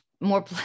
more